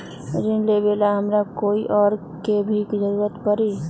ऋन लेबेला हमरा कोई और के भी जरूरत परी?